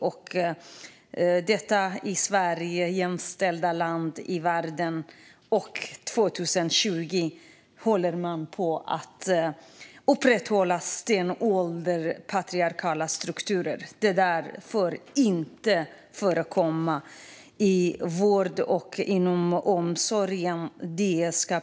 I Sverige, detta jämställda land i världen, håller man år 2020 på med att upprätthålla stenåldersmässiga patriarkala strukturer. Detta får inte förekomma inom vård och omsorg.